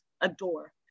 adore